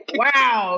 wow